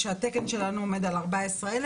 כשהתקן שלנו עומד על 14,000,